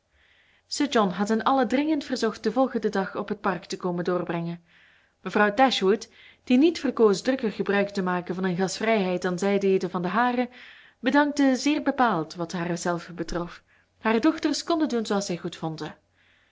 john had hen allen dringend verzocht den volgenden dag op het park te komen doorbrengen mevrouw dashwood die niet verkoos drukker gebruik te maken van hun gastvrijheid dan zij deden van de hare bedankte zeer bepaald wat haarzelve betrof haar dochters konden doen zooals zij